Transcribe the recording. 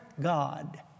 god